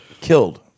killed